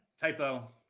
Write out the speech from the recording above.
typo